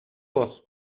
voz